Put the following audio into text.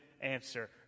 answer